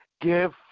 give